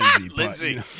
Lindsay